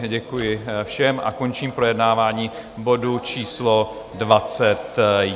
Děkuji všem a končím projednávání bodu číslo 21.